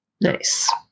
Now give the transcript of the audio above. Nice